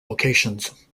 locations